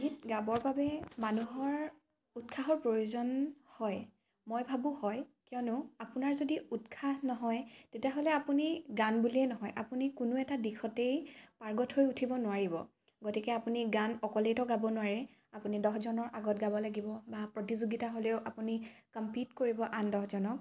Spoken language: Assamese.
গীত গাবৰ বাবে মানুহৰ উৎসাহৰ প্ৰয়োজন হয় মই ভাবোঁ হয় কিয়নো আপোনাৰ যদি উৎসাহ নহয় তেতিয়াহ'লে আপুনি গান বুলিয়েই নহয় আপুনি কোনো এটা দিশতেই পাৰ্গত হৈ উঠিব নোৱাৰিব গতিকে আপুনি গান অকলেতো গাব নোৱাৰে আপুনি দহজনৰ আগত গাব লাগিব বা প্ৰতিযোগিতা হ'লেও আপুনি কমপিট কৰিব আন দহজনক